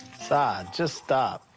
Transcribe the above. ah just stop.